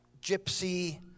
gypsy